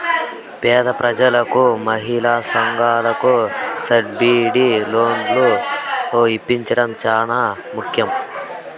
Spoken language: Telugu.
పేద ప్రజలకు మహిళా సంఘాలకు సబ్సిడీ లోన్లు ఇప్పించడం చానా ముఖ్యం